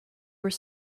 were